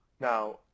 Now